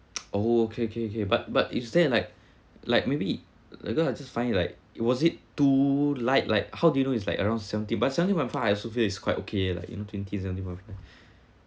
oh okay okay okay but but if say like like maybe because I just find it like it was it too light like how do you know it's like around seventy but seventy point five I also feel is quite okay like you know twenty and seventy point five